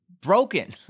broken